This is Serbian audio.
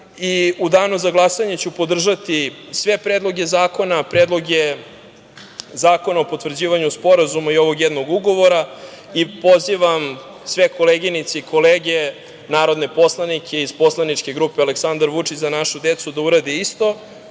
danu za glasanje ću podržati sve predloge zakona, predloge zakona o potvrđivanju sporazuma i ovog jednog ugovora i pozivam sve koleginice i kolege narodne poslanike iz poslaničke grupe Aleksandar Vučić - Za našu decu da urade isto,